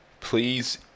please